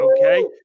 okay